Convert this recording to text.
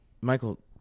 Michael